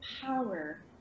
power